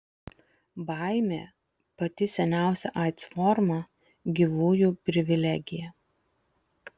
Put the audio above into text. baimė pati seniausia aids forma gyvųjų privilegija